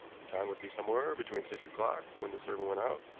the time would be somewhere between six o'clock, when the servant went out,